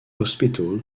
hospital